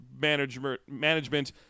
management